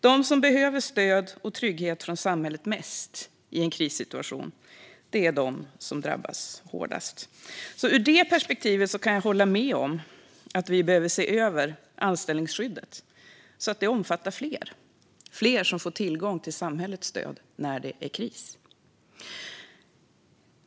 De som behöver mest stöd och trygghet från samhället i en krissituation är de som drabbas hårdast. Ur detta perspektiv kan jag hålla med om att vi behöver se över anställningsskyddet, så att det omfattar fler - fler som får tillgång till samhällets stöd när det är kris.